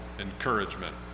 encouragement